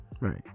Right